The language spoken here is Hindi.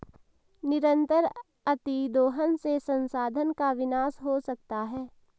निरंतर अतिदोहन से संसाधन का विनाश हो सकता है